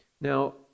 Now